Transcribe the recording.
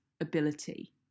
ability